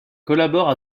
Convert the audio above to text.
collabore